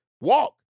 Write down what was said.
walk